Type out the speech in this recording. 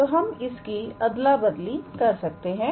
तो हम इसकी अदला बदली कर सकते हैं